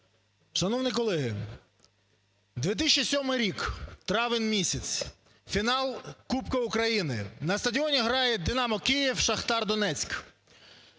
Шановні колеги! 2007 рік, травень місяць, фінал Кубку України. На стадіоні грає "Динамо" (Київ) – "Шахтар" (Донецьк).